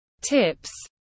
tips